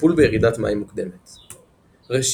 טיפול בירידת מים מוקדמת ראשית,